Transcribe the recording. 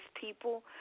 people